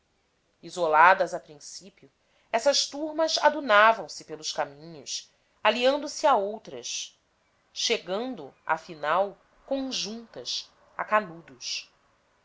isoladas a princípio essas turmas adunavam se pelos caminhos aliando se a outras chegando afinal conjuntas a canudos